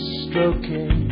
stroking